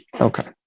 okay